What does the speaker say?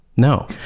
No